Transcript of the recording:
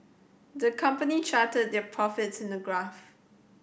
the company charted their profits in a graph